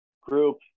group